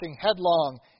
headlong